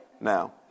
Now